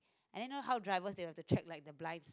and then know how driver they were to check like the blind